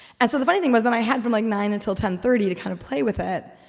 and so the funny thing was then i had from like nine until ten thirty to kind of play with it.